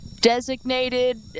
designated